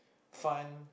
fun